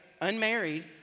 unmarried